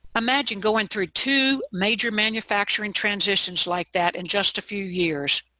imagine going through two major manufacturing transitions like that in just a few years,